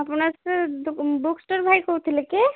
ଆପଣ book store ଭାଇ କହୁଥିଲେ କି